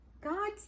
God